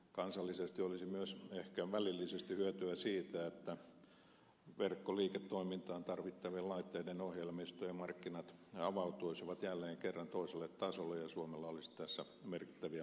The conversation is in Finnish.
kansallisesti olisi myös ehkä välillisesti hyötyä siitä että verkkoliiketoimintaan tarvittavien laitteiden ohjelmisto ja markkinat avautuisivat jälleen kerran toiselle tasolle ja suomella olisi tässä merkittäviä mahdollisuuksia